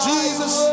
Jesus